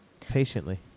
patiently